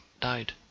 died